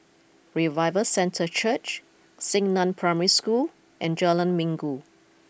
Revival Centre Church Xingnan Primary School and Jalan Minggu